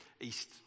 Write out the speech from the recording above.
East